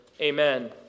Amen